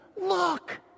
look